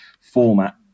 format